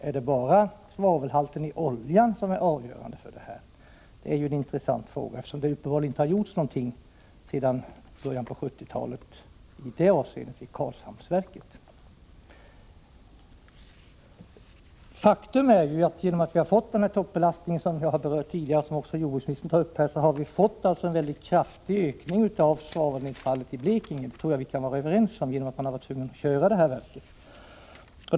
Är det bara svavelhalten i själva oljan som är avgörande för detta? Detta är en intressant fråga, eftersom det uppenbarligen inte har gjorts någonting sedan början av 1970-talet i detta avseende i Karlshamnsverket. Faktum är att genom att vi har fått den toppbelastning som jag har berört tidigare, och som även jordbruksministern tar upp, har vi fått en mycket kraftig ökning av svavelnedfallet i Blekinge. Jag tror att vi kan vara överens om att det beror på att man har varit tvungen att köra det här verket.